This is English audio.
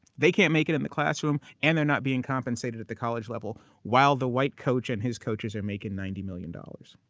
they can't make it in the classroom and they're not being compensated at the college level while the white coach and his coaches are making ninety million dollars.